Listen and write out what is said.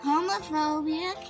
Homophobia